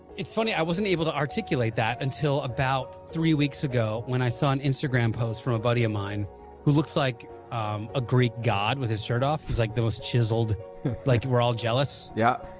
it's funny i wasn't able to articulate that until about three weeks ago when i saw an instagram post from a buddy of mine who looks like a greek god with his shirt off like those chiseled like you were all jealous. yeah